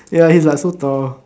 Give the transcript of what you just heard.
ya he's like so tall